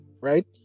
right